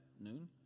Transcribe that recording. noon